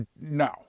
No